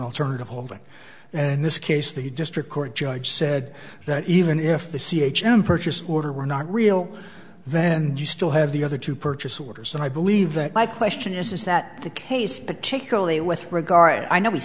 alternative holding and this case the district court judge said that even if the c h m purchase order were not real then you still have the other two purchase orders and i believe that my question is is that the case particularly with regard i know we